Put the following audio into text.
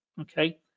okay